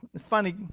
funny